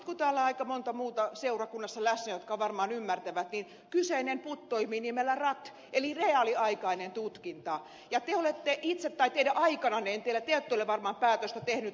nyt kun täällä on aika monta muuta seurakunnassa läsnä jotka varmaan ymmärtävät niin kyseinen put toimii nimellä rat eli reaaliaikainen tutkinta ja te olette itse tai teidän aikananne en tiedä te ette varmaan ole päätöstä tehnyt